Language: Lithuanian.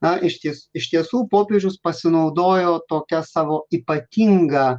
na išties iš tiesų popiežius pasinaudojo tokia savo ypatinga